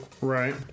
Right